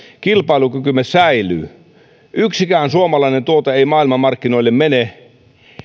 kilpailukykymme säilyy yksikään suomalainen tuote ei maailmanmarkkinoille mene